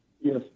Yes